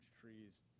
trees